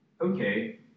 okay